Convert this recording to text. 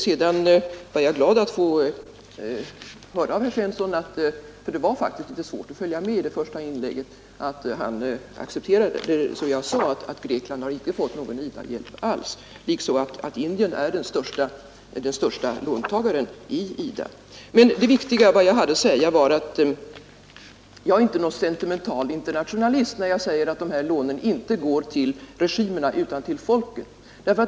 Sedan var jag glad att få höra av herr Svensson — för det var faktiskt litet svårt att följa med i det första inlägget — att han accepterade det som jag sade, att Grekland icke har fått någon IDA-hjälp alls, liksom att Indien är den största låntagaren i IDA. Men det viktiga som jag nu vill säga är att jag inte är någon sentimental internationalist när jag hävdar att de här lånen inte går till regimerna utan till folken.